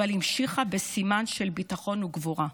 אבל המשיכה בסימן של ביטחון וגבורה.